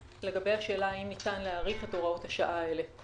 לגבי השאלה האם ניתן להאריך את הוראות השעה האלה.